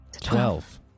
Twelve